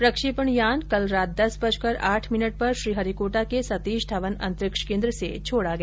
प्रक्षेपण यान कल रात दस बजकर आठ मिनट पर श्रीहरिकोटा के सतीश धवन अंतरिक्ष केन्द्र से छोड़ा गया